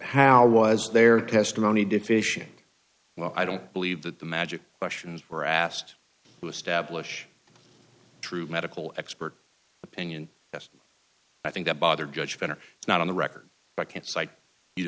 how was their testimony deficient well i don't believe that the magic questions were asked to establish true medical expert opinion yes i think that bothered judge better it's not on the record i can't